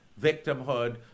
victimhood